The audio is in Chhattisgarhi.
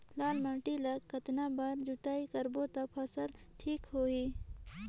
लाल माटी ला कतना बार जुताई करबो ता फसल ठीक होती?